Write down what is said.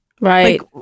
Right